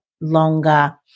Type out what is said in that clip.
longer